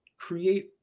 create